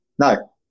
No